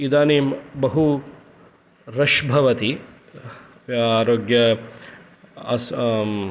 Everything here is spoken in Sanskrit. इदानीं बहु रष् भवति आरोग्य अस्